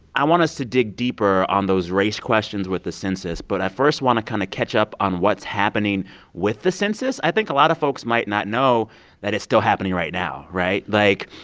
i want us to dig deeper on those race questions with the census. but i first want to kind of catch up on what's happening with the census i think a lot of folks might not know that it's still happening right now, right? like,